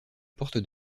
porte